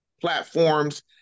platforms